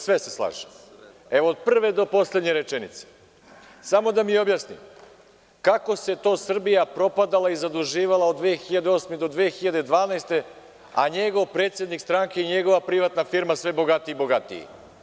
Sve se slažem, od prve do poslednje rečenice, samo da mi objasnite kako je to Srbija propadala i zaduživala od 2008.-2012. godine, a njegov predsednik stranke i njegova privatna firma sve bogatija i bogatija?